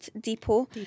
Depot